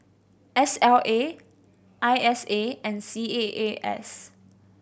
S L A I S A and C A A S